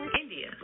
India